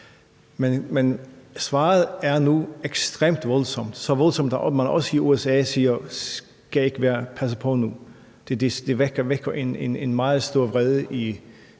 Men svaret er nu ekstremt voldsomt – så voldsomt, at man også i USA siger, at man skal passe på nu. Det vækker en meget stor vrede i